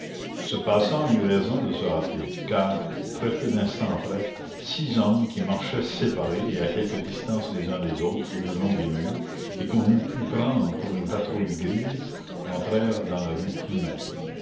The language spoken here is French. ce passant eut raison de se hâter car très peu d'instants après six hommes qui marchaient séparés et à quelque distance les uns des autres le long des murs et qu'on eût pu prendre pour une patrouille grise entrèrent dans la rue plumet